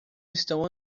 estão